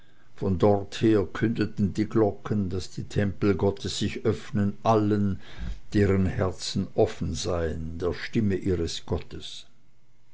von dorther kündeten die glocken daß die tempel gottes sich öffnen allen deren herzen offen seien der stimme ihres gottes